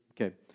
Okay